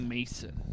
Mason